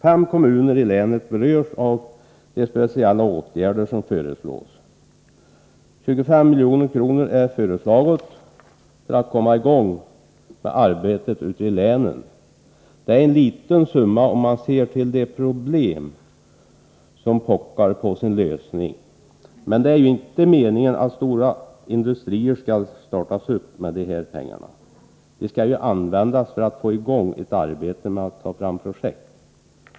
Fem kommuner i länet berörs av de speciella åtgärder som föreslås. 25 milj.kr. har föreslagits för att arbetet ute i länen skall kunna komma i gång. Det är en liten summa sett mot bakgrund av de problem som pockar på sin lösning — men det är ju inte meningen att stora industrier skall startas med dessa pengar, utan de skall användas för igångsättande av ett arbete med att ta fram projekt.